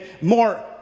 more